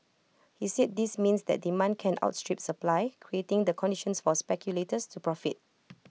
he said this means that demand can outstrip supply creating the conditions for speculators to profit